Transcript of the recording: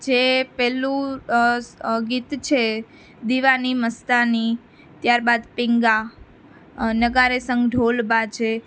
જે પેલું ગીત છે દિવાની મસ્તાની ત્યારબાદ પીંગા નગાળે સંગ ઢોલ બાજે